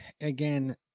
again